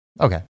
Okay